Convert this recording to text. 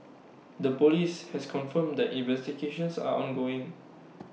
the Police has confirmed the investigations are ongoing